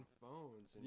phones